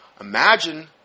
Imagine